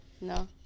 No